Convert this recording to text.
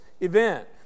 event